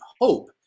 hope